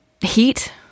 Heat